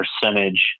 percentage